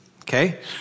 okay